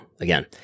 again